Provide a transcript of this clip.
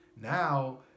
now